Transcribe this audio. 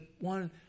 one